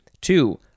Two